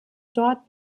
dort